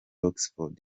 oxford